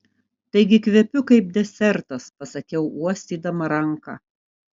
taigi kvepiu kaip desertas pasakiau uostydama ranką